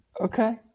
Okay